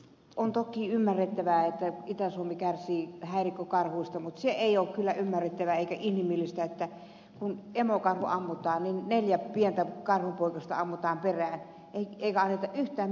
on toki ymmärrettävää että itä suomi kärsii häirikkökarhuista mutta se ei ole kyllä ymmärrettävää eikä inhimillistä että kun emokarhu ammutaan niin neljä pientä karhunpoikasta ammutaan perään eikä anneta yhtään minkäänlaista mahdollisuutta niiden elää